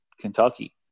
Kentucky